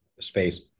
space